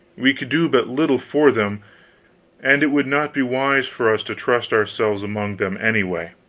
we could do but little for them and it would not be wise for us to trust ourselves among them, anyway.